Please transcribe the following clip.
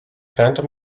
phantom